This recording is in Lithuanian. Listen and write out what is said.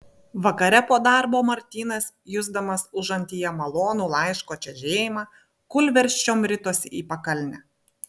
vakare po darbo martynas jusdamas užantyje malonų laiško čežėjimą kūlversčiom ritosi į pakalnę